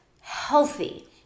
healthy